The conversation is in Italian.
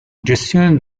gestione